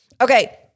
Okay